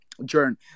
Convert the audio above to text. Jern